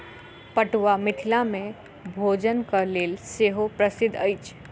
पटुआ मिथिला मे भोजनक लेल सेहो प्रसिद्ध अछि